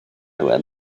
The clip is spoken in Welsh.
ymweld